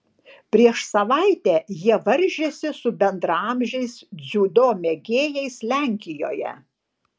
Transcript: prieš savaitę jie varžėsi su bendraamžiais dziudo mėgėjais lenkijoje